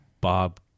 Bob